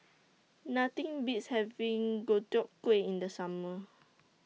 Nothing Beats having Deodeok Gui in The Summer